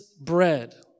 bread